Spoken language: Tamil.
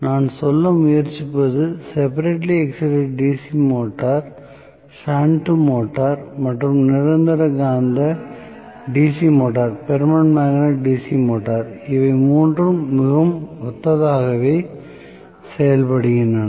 நான் சொல்ல முயற்சிப்பது separately excited DC motor shunt motor மற்றும் நிரந்தர காந்த DC மோட்டார் இவை மூன்றும் மிகவும் ஒத்ததாகவே செயல்படுகின்றன